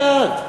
אני בעד.